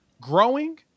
growing